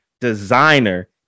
designer